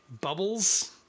bubbles